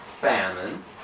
famine